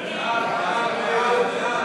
ההצעה להסיר